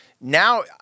now –